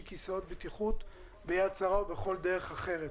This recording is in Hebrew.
כיסאות בטיחות ביד שרה או בכל דרך אחרת.